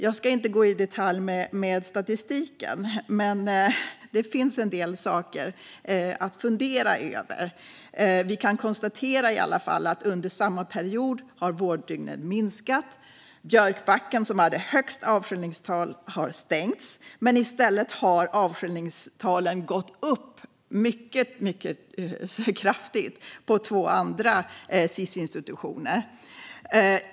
Jag ska inte gå in i detalj i statistiken, men det finns en del saker att fundera över. Vi kan i alla fall konstatera att under samma period har vårddygnen minskat. Björkbacken, som hade högst avskiljningstal, har stängts. Men i stället har avskiljningstalen gått upp mycket kraftigt på två andra Sis-institutioner.